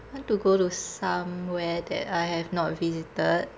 want to go to somewhere that I have not visited